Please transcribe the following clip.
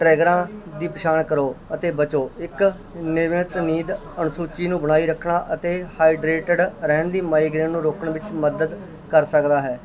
ਟਰੈਗਰਾਂ ਦੀ ਪਛਾਣ ਕਰੋ ਅਤੇ ਬਚੋ ਇੱਕ ਅਨੁਸੂਚੀ ਨੂੰ ਬਣਾਈ ਰੱਖਣਾ ਅਤੇ ਹਾਈਡਰੇਟਡ ਰਹਿਣ ਦੀ ਮਾਈਗ੍ਰੇਨ ਨੂੰ ਰੋਕਣ ਵਿੱਚ ਮਦਦ ਕਰ ਸਕਦਾ ਹੈ